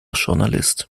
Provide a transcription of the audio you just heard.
journalist